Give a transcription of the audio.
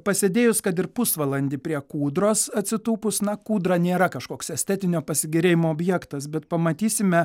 pasėdėjus kad ir pusvalandį prie kūdros atsitūpus na kūdra nėra kažkoks estetinio pasigėrėjimo objektas bet pamatysime